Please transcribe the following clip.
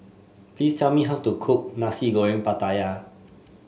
please tell me how to cook Nasi Goreng Pattaya